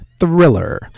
thriller